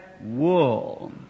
wool